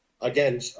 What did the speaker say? Again